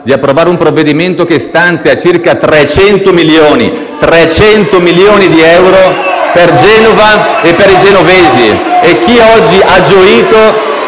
di approvare un provvedimento che stanzia circa 300 milioni di euro per Genova e per i genovesi. *(Proteste dal Gruppo